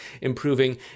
improving